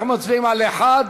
אנחנו מצביעים על 1,